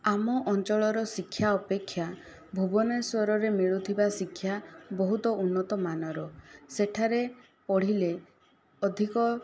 ଆମ ଅଞ୍ଚଳର ଶିକ୍ଷା ଅପେକ୍ଷା ଭୁବନେଶ୍ୱରରେ ମିଳୁଥିବା ଶିକ୍ଷା ବହୁତ ଉନ୍ନତ ମାନର ସେଠାରେ ପଢିଲେ ଅଧିକ